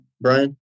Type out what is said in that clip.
Brian